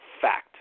fact